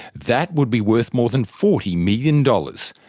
that would be worth more than forty million dollars,